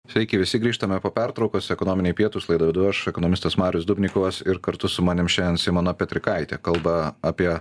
sveiki visi grįžtame po pertraukos ekonominiai pietūs laidą vedu aš ekonomistas marius dubnikovas ir kartu su manim šiandien simona petrikaitė kalba apie